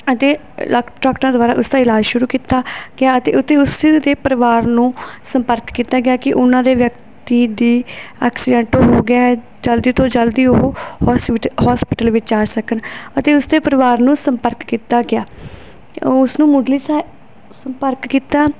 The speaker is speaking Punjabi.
ਅਤੇ ਲਾਕ ਡਾਕਟਰਾਂ ਦੁਆਰਾ ਉਸ ਦਾ ਇਲਾਜ ਸ਼ੁਰੂ ਕੀਤਾ ਗਿਆ ਅਤੇ ਅਤੇ ਉਸ ਦੇ ਪਰਿਵਾਰ ਨੂੰ ਸੰਪਰਕ ਕੀਤਾ ਗਿਆ ਕਿ ਉਹਨਾਂ ਦੇ ਵਿਅਕਤੀ ਦੀ ਐਕਸੀਡੈਂਟ ਹੋ ਗਿਆ ਜਲਦੀ ਤੋਂ ਜਲਦੀ ਉਹ ਹੋਸਪਿਟ ਹੋਸਪਿਟਲ ਵਿੱਚ ਆ ਸਕਣ ਅਤੇ ਉਸਦੇ ਪਰਿਵਾਰ ਨੂੰ ਸੰਪਰਕ ਕੀਤਾ ਗਿਆ ਉਸ ਨੂੰ ਮੁੱਢਲੀ ਸਹਾਇ ਸੰਪਰਕ ਕੀਤਾ